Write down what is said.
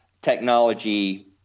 technology